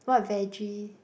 what vege